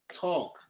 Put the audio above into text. Talk